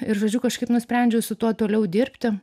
ir žodžiu kažkaip nusprendžiau su tuo toliau dirbti